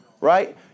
Right